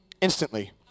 instantly